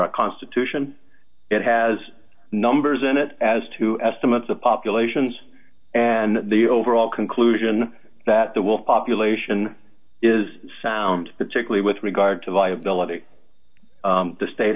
our constitution it has numbers in it as to estimates of populations and the overall conclusion that there will population is sound particularly with regard to viability the state